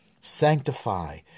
sanctify